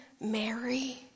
Mary